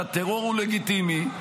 שהטרור הוא לגיטימי,